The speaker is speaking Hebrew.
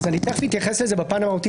אני תכף אתייחס לזה בפן המהותי,